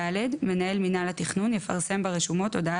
(ד) מנהל מינהל התכנון יפרסם ברשומות הודעה